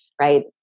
right